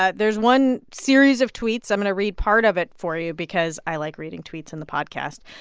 but there's one series of tweets. i'm going to read part of it for you because i like reading tweets in the podcast.